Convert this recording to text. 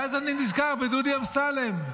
ואז אני נזכר בדודי אמסלם,